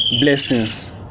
blessings